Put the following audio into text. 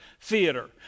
theater